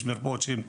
יש מרפאות שזה פחות,